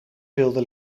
wilde